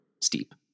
steep